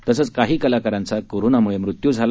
तसंच काही कलाकारांचा कोरोनामुळे मृत्यू झाला